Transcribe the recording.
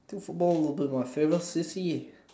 football will be my favourite C_C_A